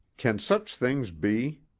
can such things be?